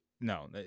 no